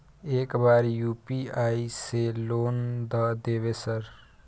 एक बार यु.पी.आई से लोन द देवे सर?